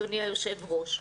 אדוני היושב-ראש,